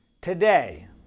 Today